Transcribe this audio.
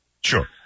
sure